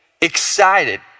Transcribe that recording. excited